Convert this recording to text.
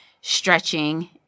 stretching